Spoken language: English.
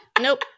nope